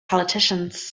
politicians